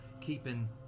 keeping